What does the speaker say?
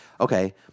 okay –